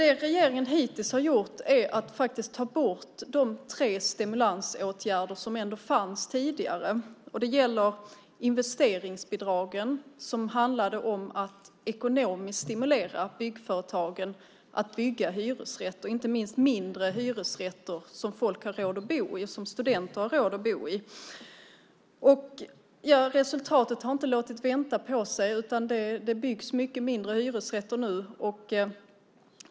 Det regeringen hittills har gjort är att faktiskt ta bort de tre stimulansåtgärder som fanns tidigare, bland annat investeringsbidragen. De handlade om att ekonomiskt stimulera byggföretagen att bygga hyresrätter, inte minst mindre hyresrätter som folk, studenter, har råd att bo i. Resultatet har inte låtit vänta på sig. Det byggs färre hyresrätter nu.